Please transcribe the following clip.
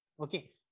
okay